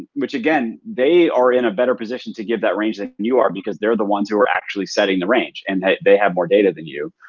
which, again, they are in a better position to give that range than you are because they're the ones who are actually setting the range, and they have more data than you.